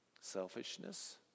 selfishness